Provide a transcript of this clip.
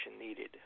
needed